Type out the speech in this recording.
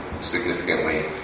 significantly